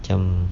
macam